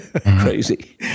crazy